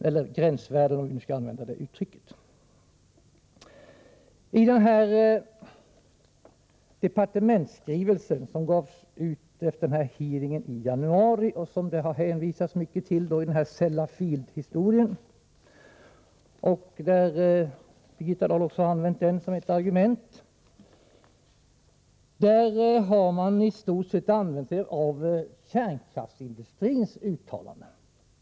I den departementsskrivelse som gavs ut efter hearingen i januari och som det har hänvisats mycket till i Sellafieldhistorien — Birgitta Dahl har också använt den som ett argument — har man i stort sett begagnat sig av kärnkraftsindustrins uttalanden.